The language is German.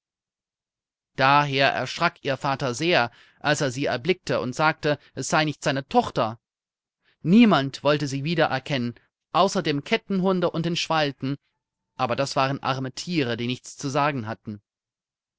daher erschrak ihr vater sehr als er sie erblickte und sagte es sei nicht seine tochter niemand wollte sie wiedererkennen außer dem kettenhunde und den schwalben aber das waren arme tiere die nichts zu sagen hatten